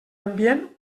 ambient